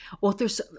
authors